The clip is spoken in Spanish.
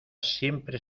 siempre